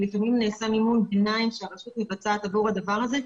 ולפעמים נעשה מימון ביניים שהרשות מבצעת עבור הדבר הזה.